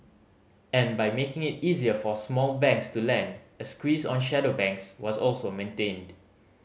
and by making it easier for small banks to lend a squeeze on shadow banks was also maintained